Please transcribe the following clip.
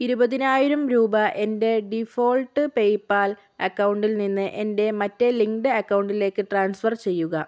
ഇരുപതിനായിരം രൂപ എൻ്റെ ഡിഫോൾട്ട് പേയ്പാൽ അക്കൗണ്ടിൽ നിന്ന് എൻ്റെ മറ്റേ ലിങ്ക്ഡ് അക്കൗണ്ടിലേക്ക് ട്രാൻസ്ഫർ ചെയ്യുക